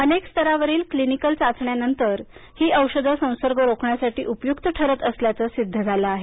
अनेक स्तरावरील क्लिनिकल चाचण्यानंतर ही औषधे हा संसर्ग रोखण्यासाठी उपयुक्त ठरत असल्याचं सिद्ध झालं आहे